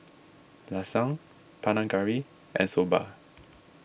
Lasagne Panang Curry and Soba